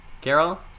carol